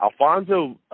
Alfonso